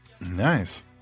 Nice